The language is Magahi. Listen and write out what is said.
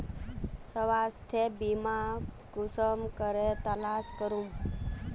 स्वास्थ्य बीमा कुंसम करे तलाश करूम?